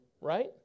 Right